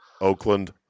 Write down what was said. Oakland